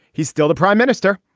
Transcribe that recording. he's still the prime minister.